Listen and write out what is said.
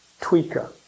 tweaker